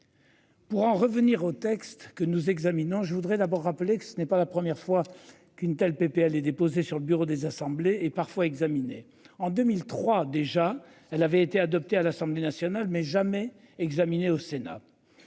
Pour en revenir au texte que nous examinons. Je voudrais d'abord rappeler que ce n'est pas la première fois qu'une telle PPL déposer sur le bureau des assemblées et parfois examiné en 2003 déjà, elle avait été adopté à l'Assemblée nationale mais jamais examiné au Sénat.